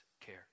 care